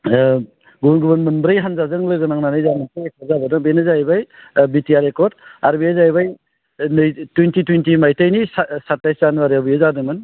गुबुन गुबुन मोनब्रै हान्जाजों लोगो नांनानै जोंहा मोनसे एकर्ड जादों बेनो जाहैबाय बिटिआर एकर्ड आरो बे जाहैबाय नैथि थुइन्थि थुइन्थि मायथाइनि साथाइस जानुवारियाव बेयो जादोंमोन